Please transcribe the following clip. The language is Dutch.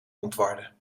ontwarde